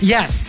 Yes